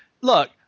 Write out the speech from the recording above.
look